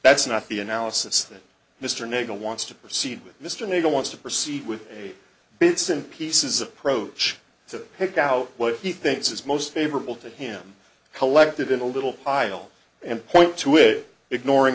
that's not the analysis that mr nagle wants to proceed with mr nader wants to proceed with a bits and pieces approach to pick out what he thinks is most favorable to him collected in a little pile and point to it ignoring